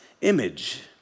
image